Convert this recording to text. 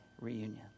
reunion